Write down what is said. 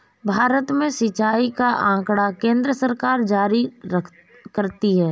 भारत में सिंचाई का आँकड़ा केन्द्र सरकार जारी करती है